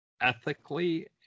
ethically